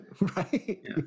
Right